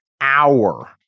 hour